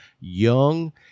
Young